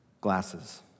glasses